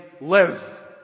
live